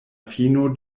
fino